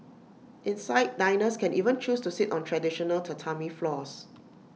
inside diners can even choose to sit on traditional Tatami floors